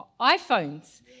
iphones